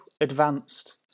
advanced